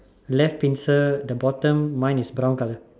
left pincer the bottom mine is brown colour